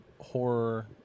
horror